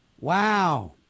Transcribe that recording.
Wow